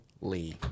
lee